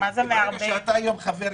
להסביר שמטבע הדברים אתה לא חבר כנסת,